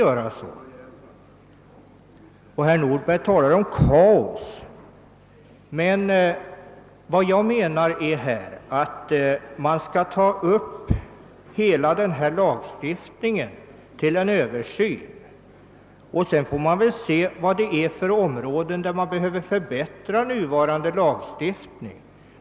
Herr Nordberg talar om »kaos». Jag anser emellertid att vi skall ta upp hela denna lagstiftning till översyn. Sedan får vi se på vilka områden nuvarande lagstiftning behöver förbättras.